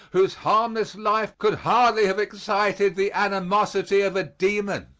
whose harmless life could hardly have excited the animosity of a demon?